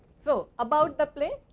so, about the play,